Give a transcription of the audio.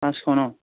পাঁচশ ন